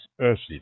earthly